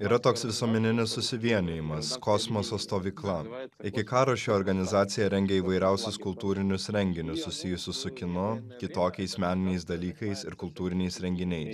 yra toks visuomeninis susivienijimas kosmoso stovykla iki karo ši organizacija rengė įvairiausius kultūrinius renginius susijusius su kinu kitokiais meniniais dalykais ir kultūriniais renginiais